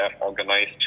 organized